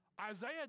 Isaiah